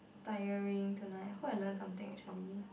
tiring tonight hope I learn something actually